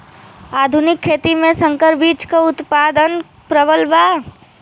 आधुनिक खेती में संकर बीज क उतपादन प्रबल बा